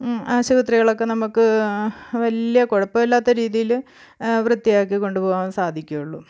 ആശുപത്രികളൊക്കെ നമുക്ക് വലിയ കുഴപ്പവില്ലാത്ത രീതിയിൽ വൃത്തിയാക്കി കൊണ്ടു പോവാൻ സാധിക്കുകയുള്ളൂ